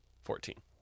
Fourteen